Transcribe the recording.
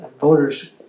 Voters